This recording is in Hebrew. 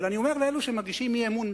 אבל אני אומר לאלו שמגישים אי-אמון,